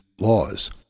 laws